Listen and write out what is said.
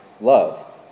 love